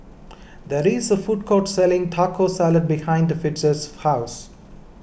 there is a food court selling Taco Salad behind Fritz's house